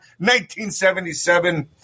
1977